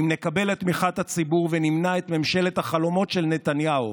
אם נקבל את תמיכת הציבור ונמנע את ממשלת החלומות של נתניהו